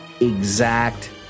exact